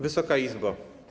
Wysoka Izbo!